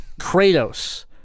Kratos